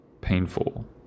painful